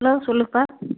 hello சொல்லுக்கா